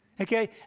Okay